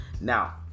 Now